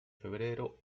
febrero